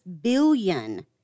billion